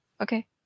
Okay